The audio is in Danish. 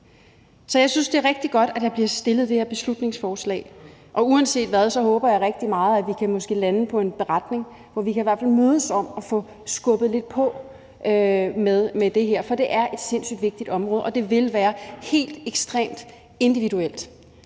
Jeg synes, det er rigtig godt, at det her beslutningsforslag bliver fremsat, og uanset hvad, håber jeg rigtig meget, at vi måske kan lande på en beretning, hvor vi kan mødes om i hvert fald at få skubbet lidt på for det her. For det er et sindssygt vigtigt område, og det vil være helt ekstremt individuelt,